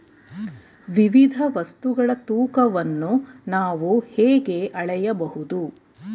ವಿವಿಧ ವಸ್ತುಗಳ ತೂಕವನ್ನು ನಾವು ಹೇಗೆ ಅಳೆಯಬಹುದು?